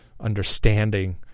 understanding